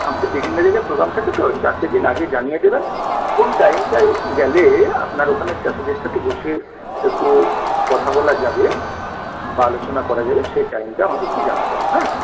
আমাদের তো বিভিন্ন জায়গায় প্রোগ্রাম থাকে তো চারটে দিন আগে জানিয়ে দেবেন কোন টাইমটায় গেলে আপনার ওখানে চাষিদের সঙ্গে বসে একটু কথা বলা যাবে বা আলোচনা করা যাবে সেই টাইমটা আমাকে একটু জানাবেন হ্যাঁ